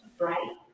right